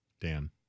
Dan